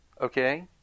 okay